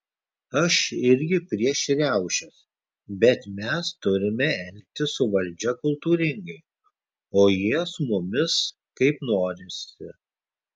aš irgi prieš riaušės bet mes turime elgtis su valdžia kultūringai o jie su mumis kaip norisi